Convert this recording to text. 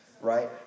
right